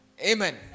Amen